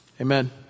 Amen